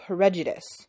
Prejudice